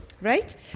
right